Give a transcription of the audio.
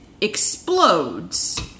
explodes